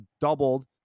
doubled